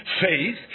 faith